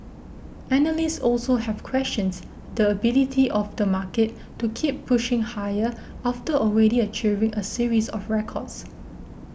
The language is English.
analysts also have questions the ability of the market to keep pushing higher after already achieving a series of records